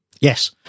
yes